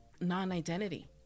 non-identity